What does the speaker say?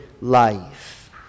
life